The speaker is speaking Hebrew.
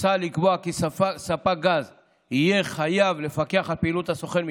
מוצע לקבוע כי ספק הגז יהיה חייב לפקח על פעילות הסוכן מטעמו.